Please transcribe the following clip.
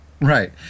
Right